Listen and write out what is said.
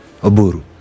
oburu